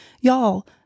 Y'all